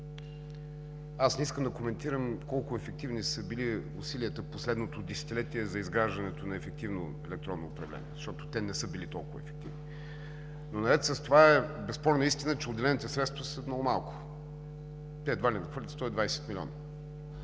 Не искам да коментирам колко ефективни са били усилията в последното десетилетие за изграждането на ефективно електронно управление, защото не са били толкова ефективни. Наред с това, безспорна истина е, че отделените средства са много малко – едва надхвърлят 120 милиона?!